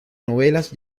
novelas